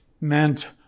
meant